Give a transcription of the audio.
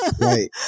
Right